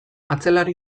atzelari